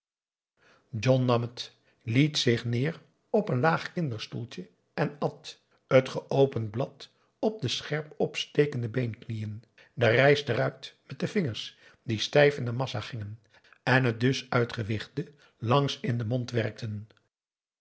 john nam het liet zich neer op een laag kinderstoeltje en at t geopend blad op de scherp opstekende beenknieën de rijst eruit met de vingers die stijf in de massa gingen en het dus uitgewigde langs in den mond werkten